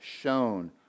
shown